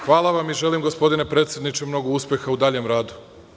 Hvala Vam i želim gospodine predsedniče mnogo uspeha u daljem radu.